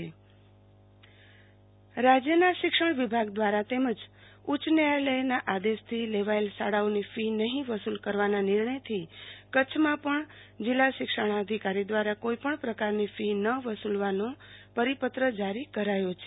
આરતી ભદ્દ શાળા ફી ન વસુ લવી નિર્ણય રાજ્યના શિક્ષણ વિભાગ ક્રારા તેમજ ઉચ્ચ ન્યાયાલયના આદેશ થી લેવાયેલ શાળાઓની ક્રી નહી વસુલ કરવાના નિર્ણય થી કચ્છમાં પણ જિલ્લા શિક્ષણાધિકારી દ્રારા કોઈપણ પ્રકારની ફી ન વસુલવાનો પરિપત્ર જારી કરાયો છે